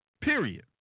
Period